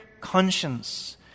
conscience